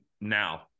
now –